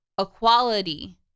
equality